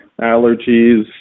allergies